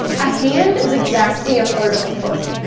a hand is exactly a third of a foot,